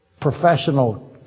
professional